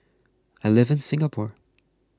I live in Singapore